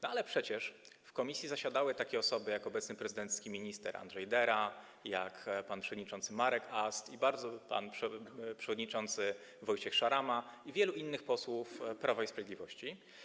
No ale przecież w komisji zasiadały takie osoby, jak obecny prezydencki minister Andrzej Dera, jak pan przewodniczący Marek Ast, pan przewodniczący Wojciech Szarama i wielu innych posłów Prawa i Sprawiedliwości.